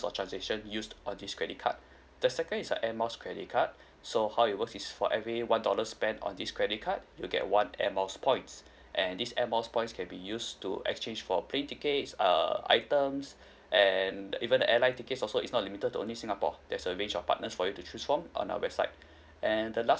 or transaction used on this credit card the second is a Air Miles credit card so how it works is for every one dollar spent on this credit card you'll get one Air Miles points and these Air Miles points can be used to exchange for plane tickets err items and even the airline tickets also is not limited to only singapore there's a range of partners for you to choose from on our website and the last